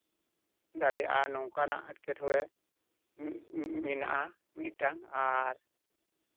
ᱫᱟᱲᱮᱭᱟᱜᱼᱟ ᱱᱚᱝᱠᱟᱱᱟᱜ ᱮᱴᱠᱮᱴᱚᱬᱮ ᱢᱮᱱᱟᱜᱼᱟ ᱢᱤᱫᱴᱟᱝ ᱟᱨ